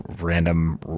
random